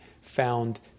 found